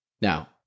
Now